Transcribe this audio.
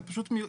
זה פשוט מיותר.